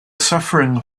suffering